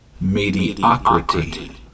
Mediocrity